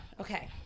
Okay